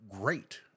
great